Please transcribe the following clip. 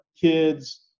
kids